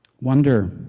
Wonder